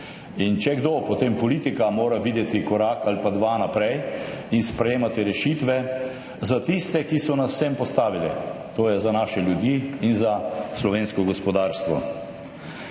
In če kdo, potem mora politika videti korak ali pa dva naprej in sprejemati rešitve za tiste, ki so nas sem postavili, to je za naše ljudi in za slovensko gospodarstvo.